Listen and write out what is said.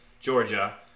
Georgia